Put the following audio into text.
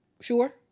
sure